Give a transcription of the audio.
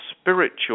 spiritual